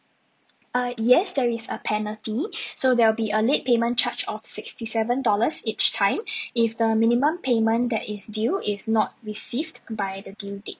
uh yes there is a penalty so there'll be a late payment charge of sixty seven dollars each time if the minimum payment that is due is not received by the due date